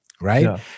right